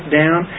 down